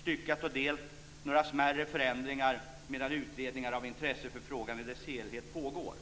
styckat och delt och några smärre förändringar medan utredningar av intresse för frågan i dess helhet pågår.